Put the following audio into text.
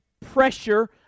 pressure